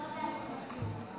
לקריאה השנייה